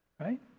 right